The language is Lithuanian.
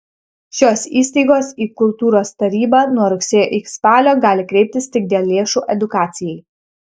šios įstaigos į kultūros tarybą nuo rugsėjo iki spalio gali kreiptis tik dėl lėšų edukacijai